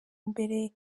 imbere